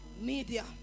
media